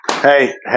hey